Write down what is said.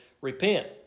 repent